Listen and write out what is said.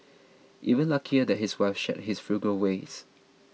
even luckier that his wife shared his frugal ways